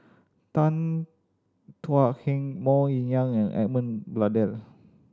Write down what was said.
Tan Thuan Heng Mok Ying and Edmund Blundell